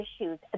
issues